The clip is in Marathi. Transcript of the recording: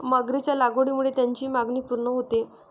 मगरीच्या लागवडीमुळे त्याची मागणी पूर्ण होते